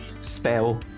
spell